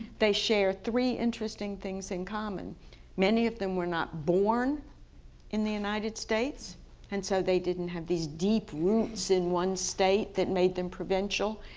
they share three interesting things in common many of them were not born in the united states and so they didn't have these deep roots in one state that made them provincial,